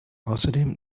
außerdem